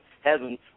heaven